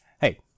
Hey